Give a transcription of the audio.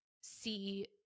see